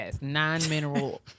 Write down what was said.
non-mineral